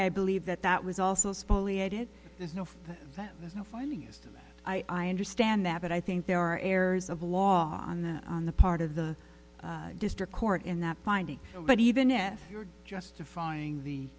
i believe that that was also there's no that there's no finding used i understand that but i think there are errors of law on the on the part of the district court in that finding but even if you're justifying the